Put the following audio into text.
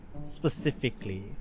specifically